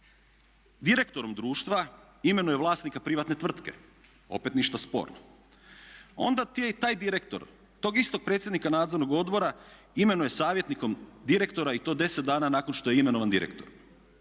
direktorom društva imenuje vlasnika privatne tvrtke. Opet ništa sporno. Onda taj direktor tog istog predsjednika nadzornog odbora imenuje savjetnikom direktora i to 10 dana nakon što je imenovan direktor.